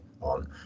on